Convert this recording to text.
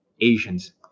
Asians